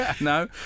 No